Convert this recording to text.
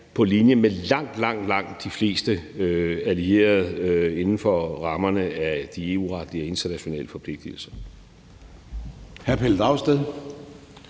på linje med langt, langt de fleste allierede inden for rammerne af de EU-retlige og internationale forpligtelser.